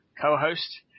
co-host